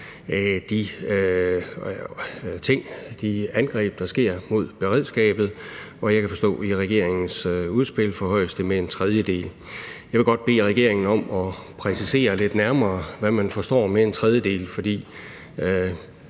for de angreb mod beredskabet, der sker. Jeg kan forstå, at den i regeringens udspil forhøjes med en tredjedel. Jeg vil godt bede regeringen om at præcisere lidt nærmere, hvad man forstår ved en tredjedel, for